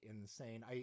insane